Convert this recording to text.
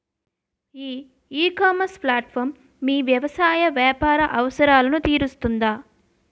ఈ ecommerce platform మీ వ్యవసాయ వ్యాపార అవసరాలను తీరుస్తుందా?